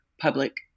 public